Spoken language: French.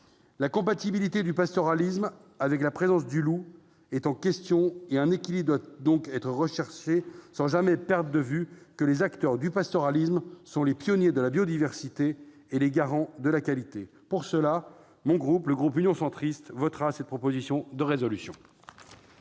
La compatibilité du pastoralisme avec la présence du loup est en question ; un équilibre doit donc être recherché, sans jamais perdre de vue que les acteurs du pastoralisme sont les pionniers de la biodiversité et des garants de la qualité. Le groupe Union Centriste votera donc en faveur de cette proposition de résolution.